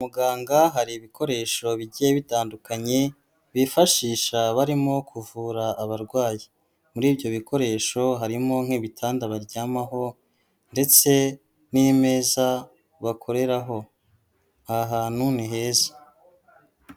Muganga hari ibikoresho bigiye bitandukanye bifashisha barimo kuvura abarwayi, muri ibyo bikoresho harimo nk'ibitanda baryamaho ndetse n'imeza bakoreraho, aha hantu ni heza.